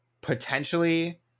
potentially